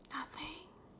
nothing